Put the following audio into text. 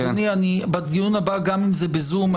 אדוני, בדיון הבא, גם אם זה בזום.